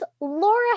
laura